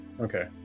Okay